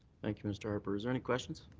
thank you, mr. ah but is there any questions?